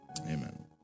amen